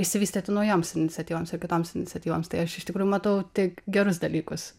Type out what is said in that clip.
išsivystyti naujoms iniciatyvoms ir kitoms iniciatyvoms tai aš iš tikrųjų matau tik gerus dalykus